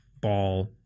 ball